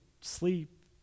sleep